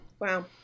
Wow